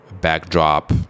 backdrop